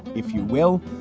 if you will.